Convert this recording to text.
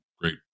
great